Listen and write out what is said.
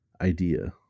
idea